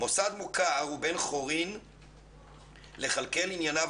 "מוסד מוכר הוא בן חורין לכלכל ענייניו